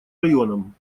районам